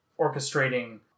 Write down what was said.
orchestrating